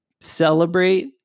celebrate